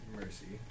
mercy